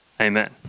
Amen